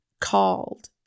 called